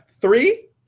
Three